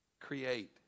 Create